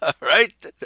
right